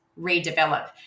redevelop